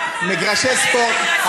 מגרשי ספורט,